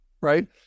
right